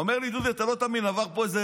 אומר לי: